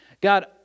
God